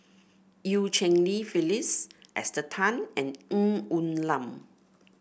Eu Cheng Li Phyllis Esther Tan and Ng Woon Lam